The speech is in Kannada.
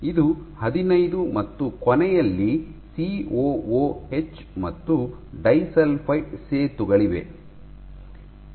ಇದು ಹದಿನೈದು ಮತ್ತು ಕೊನೆಯಲ್ಲಿ ಸಿಒಒಎಚ್ ಮತ್ತು ಡೈಸಲ್ಫೈಡ್ ಸೇತುವೆಗಳಿವೆ